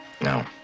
no